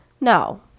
no